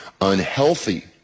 unhealthy